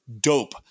dope